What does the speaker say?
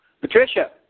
Patricia